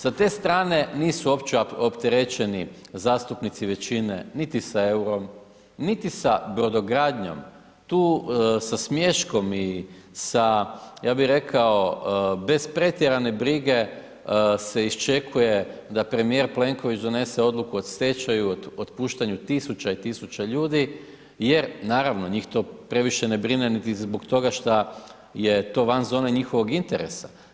Sa te strane nisu uopće opterećeni zastupnici većine niti sa EUR-om, niti sa brodogradnjom tu sa smiješkom i sa ja bi rekao bez pretjerane brige se iščekuje da premijer Plenković donese odluku o stečaju, otpuštanju 1.000 i 1.000 ljudi jer naravno njih to previše ne brine niti zbog toga šta je to van zone njihovog interesa.